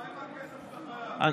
מה עם הכסף שאתה חייב?